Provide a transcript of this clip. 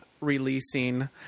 releasing